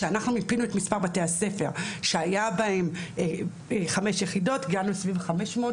כשאנחנו מיפינו את מספר בתי הספר שהיה בהם חמש יחידות הגענו סביב ה-500,